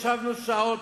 ישבנו שעות,